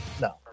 No